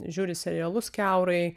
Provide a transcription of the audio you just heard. žiūri serialus kiaurai